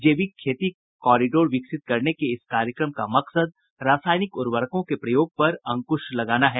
जैविक खेती कॉरिडोर विकसित करने के इस कार्यक्रम का मकसद रासायनिक उर्वरकों के प्रयोग पर अंकुश लगाना है